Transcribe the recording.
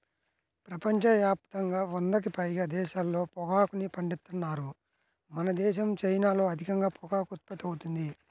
ప్రపంచ యాప్తంగా వందకి పైగా దేశాల్లో పొగాకుని పండిత్తన్నారు మనదేశం, చైనాల్లో అధికంగా పొగాకు ఉత్పత్తి అవుతుంది